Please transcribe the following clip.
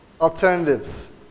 alternatives